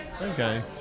Okay